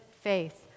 faith